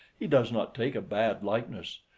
he does not take a bad likeness.